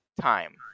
Time